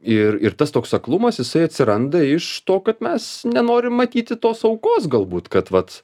ir ir tas toks aklumas jisai atsiranda iš to kad mes nenorim matyti tos aukos galbūt kad vat